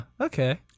okay